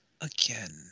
again